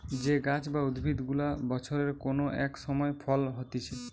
যে গাছ বা উদ্ভিদ গুলা বছরের কোন এক সময় ফল হতিছে